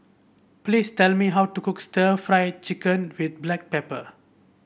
please tell me how to cook stir Fry Chicken with Black Pepper